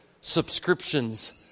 Subscriptions